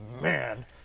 man